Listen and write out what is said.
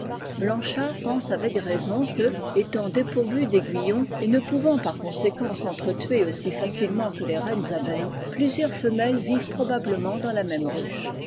blanchard pense avec raison que étnnt dépourvues d aiguillon et ne pouvant par conséquent s'entreaussi facilement que les reines abeilles plusieurs slles vivent probablement dans la même ruche